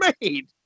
made